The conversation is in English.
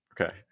Okay